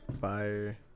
Fire